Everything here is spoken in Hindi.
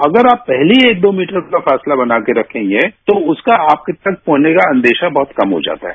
तो अगर आप पहले ही एक दो मीटर का फासला बनाकर के रखेंगे तो उनका आपके पास होने का अंदेशा कम हो जाता है